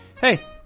Hey